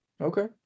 Okay